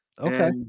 Okay